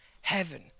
heaven